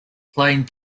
playing